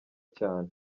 cyane